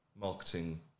marketing